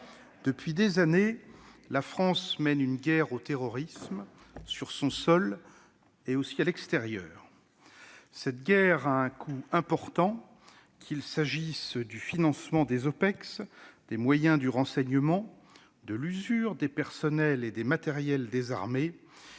Depuis des années, la France mène une guerre au terrorisme, sur son sol et à l'extérieur. Cette guerre a un coût important, qu'il s'agisse du financement des opérations extérieures (OPEX), des moyens du renseignement, de l'usure des personnels et des matériels des armées.